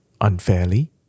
unfairly